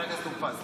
חבר הכנסת טור פז,